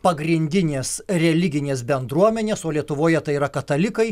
pagrindinės religinės bendruomenės o lietuvoje tai yra katalikai